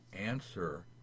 answer